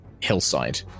hillside